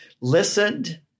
listened